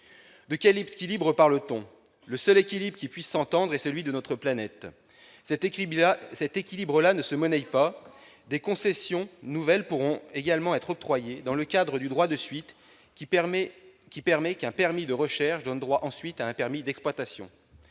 De quel équilibre parle-t-on ? Le seul équilibre qui puisse s'entendre est celui de notre planète. Cet équilibre-là ne se monnaye pas. Des concessions nouvelles pourront également être octroyées dans le cadre du droit de suite, qui permet qu'un permis de recherches donne droit ensuite à un permis d'exploitation.